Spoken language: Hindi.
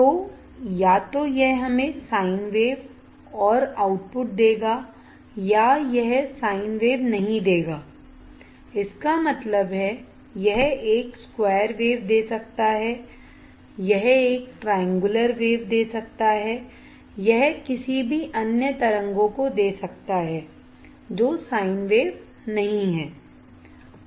तो या तो यह हमें साइन वेव और आउटपुट देगा या यह साइन वेव नहीं देगा इसका मतलब है यह एक स्क्वायर वेव दे सकता है यह एक ट्रायंगुलर वेव दे सकता है यह किसी भी अन्य तरंगों को दे सकता है जो साइन वेव नहीं हैं